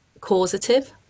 causative